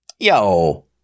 yo